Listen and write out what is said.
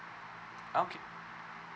okay